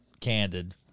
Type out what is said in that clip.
candid